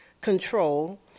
Control